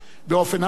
באופן עמוק